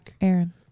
Aaron